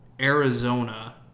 Arizona